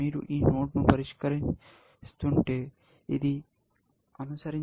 మీరు ఈ నోడ్ను పరిష్కరిస్తుంటే ఇది అనుసరించాల్సిన ఉత్తమ భాగం